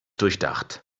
durchdacht